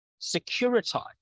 securitize